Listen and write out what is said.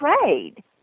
trade